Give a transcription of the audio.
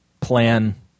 Plan